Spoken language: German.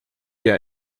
der